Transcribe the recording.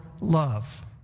love